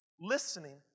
listening